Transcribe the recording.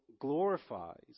glorifies